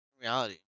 reality